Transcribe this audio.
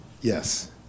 Yes